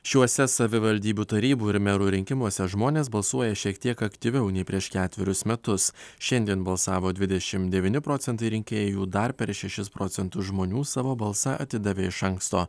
šiuose savivaldybių tarybų ir merų rinkimuose žmonės balsuoja šiek tiek aktyviau nei prieš ketverius metus šiandien balsavo dvidešim devyni procentai rinkėjų dar per šešis procentus žmonių savo balsą atidavė iš anksto